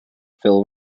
phil